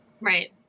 Right